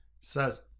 Says